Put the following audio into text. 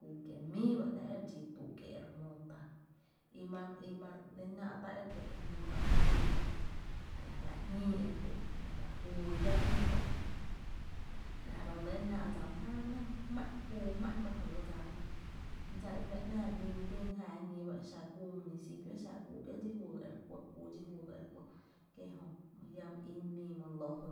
Kuu kié’ míi ba ‘nⱥ’ re dxi tuu’ kiee’ e re jmóo my féé’ i ma i ma re ‘nⱥⱥ’ tá’ e jmóo tá’ ‘mo ýy’ kö’ a la e fa’ e jñíi e re kú’n kö, a la fá’ kuu ere iáá re ín tá’ kö, la’ ba re lɇ e náá’ dsa my jáa re nɇ jö jmá’n kuu ba jɇɇ dsa, dsa i fa’ ‘nⱥa, re lin den jáa ñí ba e xa kúu municipio kie’ dxi juyy e re kuɇ kuu dxí juyy e re kuɇ, kie’ jö my lláá my ín mii mi ló jy